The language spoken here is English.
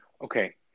Okay